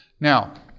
Now